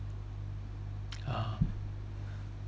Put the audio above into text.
uh